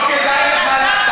לא כדאי לך להתחיל.